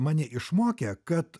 mane išmokė kad